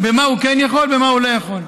מה הוא כן יכול, מה הוא לא יכול.